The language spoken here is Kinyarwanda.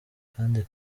kandi